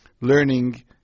learning